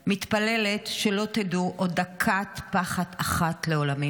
מתפללת שלא תדעו עוד דקת פחד אחת לעולמים.